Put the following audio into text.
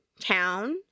town